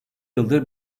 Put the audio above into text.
yıldır